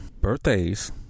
birthdays